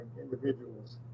individuals